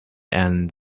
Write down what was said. and